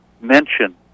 mention